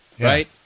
right